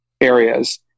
areas